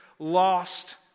lost